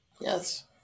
Yes